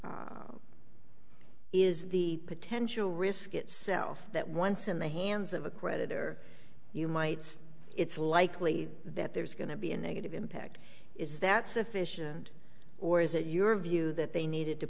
risk is the potential risk itself that once in the hands of a creditor you might say it's likely that there's going to be a negative impact is that sufficient or is it your view that they needed to